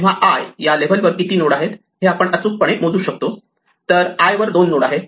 तेव्हा i या लेव्हलवर किती नोड आहेत हे आपण अचूक पणे मोजू शकतो तर i वर 2 नोड आहेत